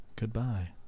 Goodbye